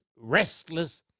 restless